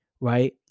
right